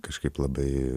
kažkaip labai